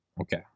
Okay